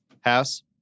House